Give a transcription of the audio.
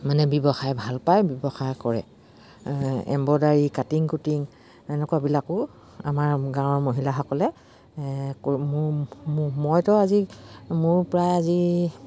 মানে ব্যৱসায় ভাল পায় ব্যৱসায় কৰে এম্ব্ৰইডাৰী কাটিং কুটিং এনেকুৱাবিলাকো আমাৰ গাঁৱৰ মহিলাসকলে মইতো আজি মোৰ প্ৰায় আজি